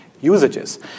usages